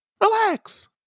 Relax